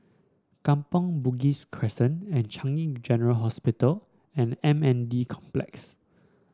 Kampong Bugis Crescent Changi General Hospital and M N D Complex